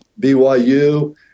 BYU